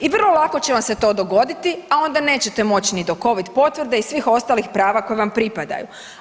I vrlo lako će vam se to dogoditi, a onda nećete moći ni do Covid potvrde i svih ostalih prava koja vam pripadaju.